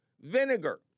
vinegar